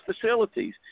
facilities